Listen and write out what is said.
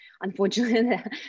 unfortunately